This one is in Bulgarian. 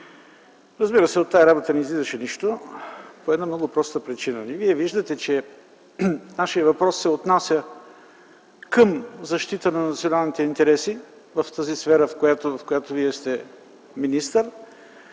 Разбира се, от тази работа не излизаше нищо по една проста причина. Виждате, че нашият въпрос се отнася към защита на националните интереси в тази сфера, в която Вие сте министър